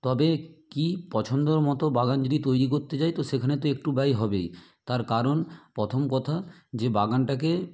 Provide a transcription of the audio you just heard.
তবে কী পছন্দর মতো বাগান যদি তৈরি করতে যাই তো সেখানে তো একটু ব্যয় হবেই তার কারণ প্রথম কথা যে বাগানটাকে